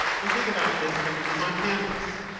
we think about this when we design canvas.